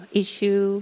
issue